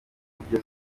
buryo